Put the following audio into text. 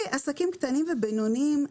עסקים קטנים ובינוניים,